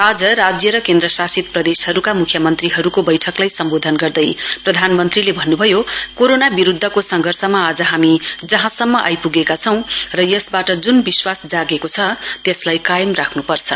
आज राज्य र केन्द्रशासित प्रदेशहरुका मुख्यमन्त्रीहरुको बैठकलाई सम्बोधन गर्दैप्रधानमन्त्रीले भन्नुभयो कोरोना विरुद्धको संघर्षमा आज हामी जहाँसम्म आइपुगेका छौं र यसवाट जुन विश्वास जागेको छ त्यसलाई कायम राख्नु पर्छ